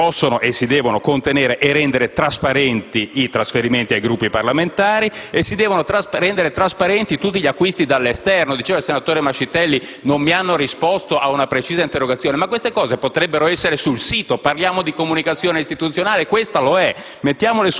Si possono e si devono contenere e rendere trasparenti i trasferimenti ai Gruppi parlamentari e si devono rendere trasparenti tutti gli acquisti dall'esterno. Diceva il senatore Mascitelli che non gli è stato risposto ad una sua precisa interrogazione; ma queste cose potrebbero essere sul sito. Parliamo di comunicazione istituzionale, e questa lo è: